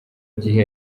gihe